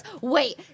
Wait